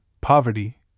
poverty